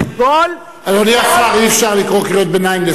לשרים אי-אפשר לקרוא קריאות ביניים.